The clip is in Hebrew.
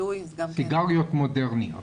סיגריות מודרניות.